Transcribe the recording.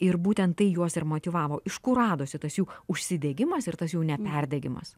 ir būtent tai juos ir motyvavo iš kur radosi tas jų užsidegimas ir tas jau ne perdegimas